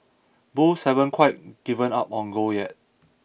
Bulls haven't quite given up on gold yet